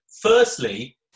Firstly